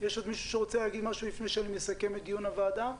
יש עוד מישהו שרוצה להגיד משהו לפני שאני מסכם את דיון הוועדה?